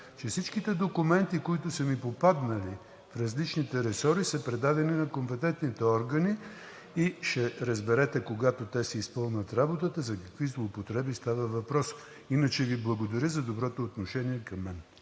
че всичките документи, които са ми попаднали в различните ресори, са предадени на компетентните органи и ще разберете, когато те си свършат работата, за какви злоупотреби става въпрос. Иначе Ви благодаря за доброто отношение към мен.